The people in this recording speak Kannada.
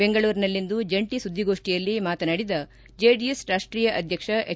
ಬೆಂಗಳೂರಿನಲ್ಲಿಂದು ಜಂಟಿ ಸುದ್ದಿಗೋಷ್ಠಿಯಲ್ಲಿ ಮಾತನಾಡಿದ ಜೆಡಿಎಸ್ ರಾಷ್ಟೀಯ ಅಧ್ಯಕ್ಷ ಎಚ್